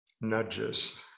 nudges